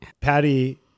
Patty